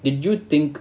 did you think